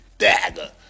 dagger